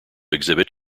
exhibit